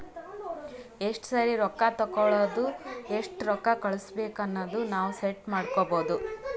ಎಸ್ಟ ಸರಿ ರೊಕ್ಕಾ ತೇಕೊಳದು ಎಸ್ಟ್ ರೊಕ್ಕಾ ಕಳುಸ್ಬೇಕ್ ಅನದು ನಾವ್ ಸೆಟ್ ಮಾಡ್ಕೊಬೋದು